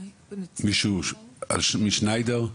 מישהו משניידר?